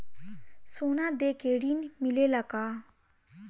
सोना देके ऋण मिलेला का?